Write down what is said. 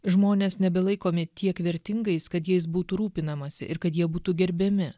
žmonės nebelaikomi tiek vertingais kad jais būtų rūpinamasi ir kad jie būtų gerbiami